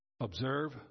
Observe